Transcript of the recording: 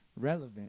relevant